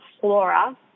flora